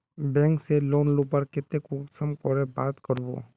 Bank से loan लुबार केते कुंसम करे बात करबो?